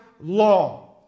law